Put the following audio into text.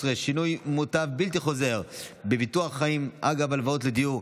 13) (שינוי מוטב בלתי חוזר בביטוח חיים אגב הלוואות לדיור),